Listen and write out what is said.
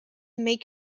make